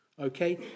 okay